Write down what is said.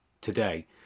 today